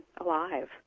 alive